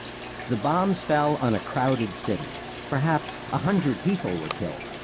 the bombs fell on a crowded city perhaps a hundred people were killed,